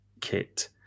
kit